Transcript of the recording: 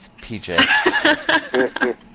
PJ